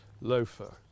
loafer